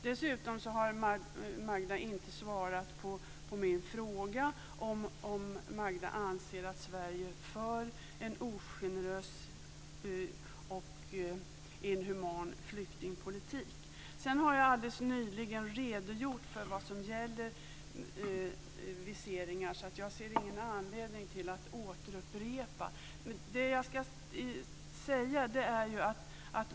Dessutom har Magda Ayoub inte svarat på min fråga om Magda Ayoub anser att Sverige för en ogenerös och inhuman flyktingpolitik. Sedan har jag alldeles nyligen redogjort för vad som gäller för viseringar. Jag ser därför ingen anledning att återupprepa det.